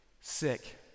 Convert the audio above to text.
sick